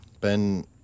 Ben